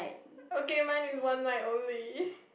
okay mine is one night only